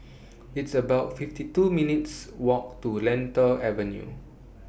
It's about fifty two minutes' Walk to Lentor Avenue